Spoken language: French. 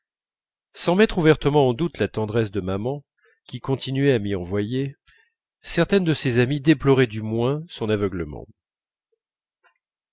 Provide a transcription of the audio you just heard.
sans mettre ouvertement en doute la tendresse de maman qui continuait à m'y envoyer certaines de ses amies déploraient du moins son aveuglement